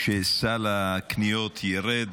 שבו שסל הקניות ירד.